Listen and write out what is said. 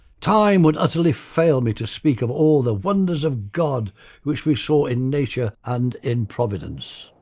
time would utterly fail me to speak of all the wonders of god which we saw in nature and in providence.